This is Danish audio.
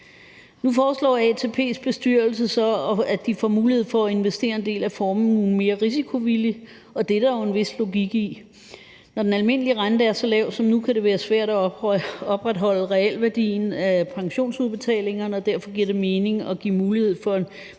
Nu foreslår ATP's bestyrelse så, at de får mulighed for at investere en del af formuen mere risikovilligt, og det er der jo en vis logik i. Når den almindelige rente er så lav som nu, kan det være svært at opretholde realværdien af pensionsudbetalingerne, og derfor giver det mening at give mulighed for,